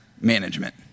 management